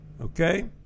Okay